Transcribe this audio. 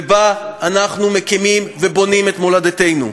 ובה אנחנו מקימים ובונים את מולדתנו,